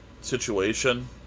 situation